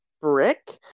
brick